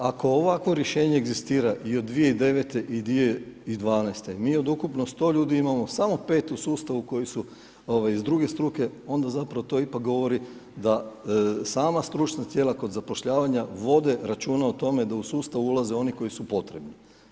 Hvala lijepo, dakle, ako ovakvo rješenje egzistira i od 2009. i 2012. mi od ukupno 100 ljudi imamo samo 5 u sustavu koji su iz druge struke, onda zapravo to ipak govori da sama stručna tijela kod zapošljavanja vode računa o tome da u sustav ulaze oni koji su potrebni.